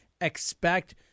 expect –